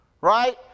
right